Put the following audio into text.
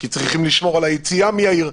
כי צריכים לשמור על היציאה מהעיר.